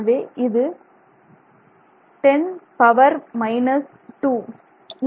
எனவே இது 10 power minus 2